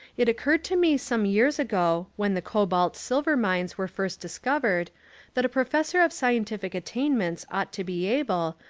it occurred to me some years ago when the cobalt silver mines were first discovered that a professor of scientific attainments ought to be able,